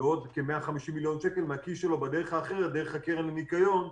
ועוד כ-150 מיליון שקל מהכיס שלו דרך הקרן לניקיון,